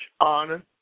honor